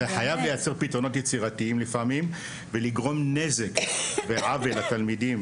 אתה חייב לייצר פתרונות יצירתיים לפעמים ולגרום נזק ועוול לתלמידים,